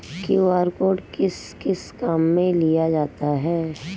QR code किस किस काम में लिया जाता है?